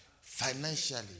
financially